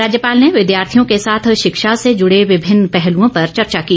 राज्यपाल ने विद्यार्थियों के साथ शिक्षा से जुड़े विभिन्न पहलुओं पर चर्चा की